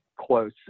close